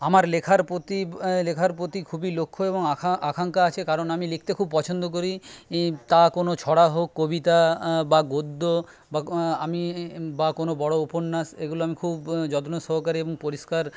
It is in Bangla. আমার লেখার প্রতি লেখার প্রতি খুবই লক্ষ্য এবং আকাঙ্খা আছে কারণ আমি লিখতে খুব পছন্দ করি তা কোনো ছড়া হোক কবিতা বা গদ্য বা আমি বা কোনো বড়ো উপন্যাস এগুলো আমি খুব যত্ন সহকারে এবং পরিষ্কার